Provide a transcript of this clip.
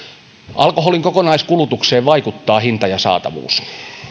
alkoholin kokonaiskulutukseen vaikuttaa hinta ja saatavuus